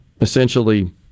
essentially